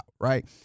Right